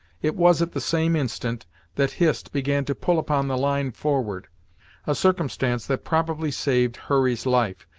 it was at the same instant that hist began to pull upon the line forward a circumstance that probably saved hurry's life,